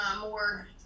more